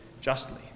justly